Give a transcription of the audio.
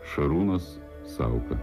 šarūnas sauka